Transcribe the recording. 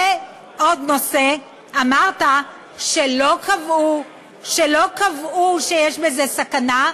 ועוד נושא, אמרת שלא קבעו שיש בזה סכנה.